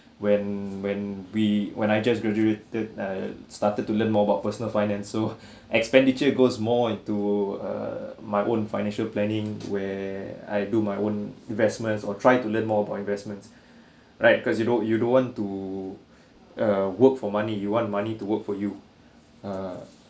when when we when I just graduated uh started to learn more about personal finance so expenditure goes more into uh my own financial planning where I do my own investments or try to learn more about investments right cause you don't you don't want to uh work for money you want money to work for you uh